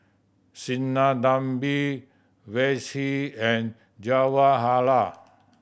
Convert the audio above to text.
Sinnathamby Verghese and Jawaharlal